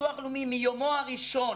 הביטוח הלאומי מיומו הראשון